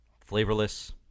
flavorless